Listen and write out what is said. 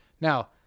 Now